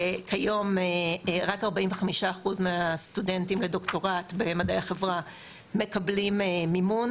כיום רק 45% מהסטודנטים לדוקטורט במדעי החברה מקבלים מימון,